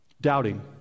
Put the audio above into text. doubting